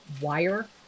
wire